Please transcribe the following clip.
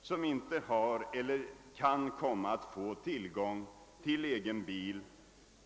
som inte har eller inte kan komma att få tillgång till egen bil.